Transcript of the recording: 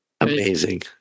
Amazing